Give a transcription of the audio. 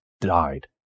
died